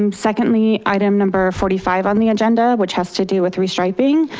um secondly, item number forty five on the agenda, which has to do with re-striping.